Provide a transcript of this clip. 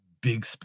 big